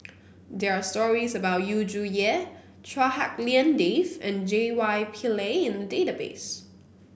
there are stories about Yu Zhuye Chua Hak Lien Dave and J Y Pillay in the database